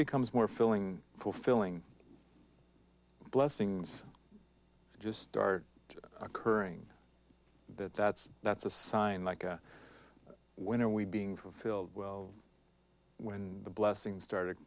becomes more filling fulfilling blessings just are occurring that that's that's a sign like when are we being fulfilled when the blessings started